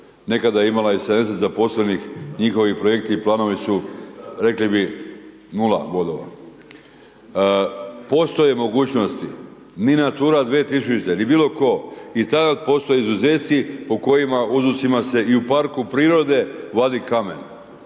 nekada je imala i 70 zaposlenih, njihovi projekti i planovi su rekli bi 0 bodova. Postoje mogućnosti, ni Natura 2000. ni bilo ko i tada postoje izuzeci po kojima …/nerazumljivo/… se i u parku prirode vadi kamen.